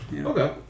Okay